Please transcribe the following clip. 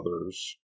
others